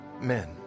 men